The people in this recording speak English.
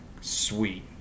Sweet